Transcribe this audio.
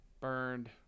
Burned